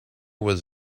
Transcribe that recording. was